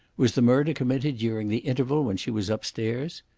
was the murder committed during the interval when she was upstairs?